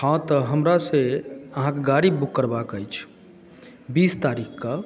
हँ तऽ हमरा से अहाँके गाड़ी बुक करबाक अछि बीस तारीखके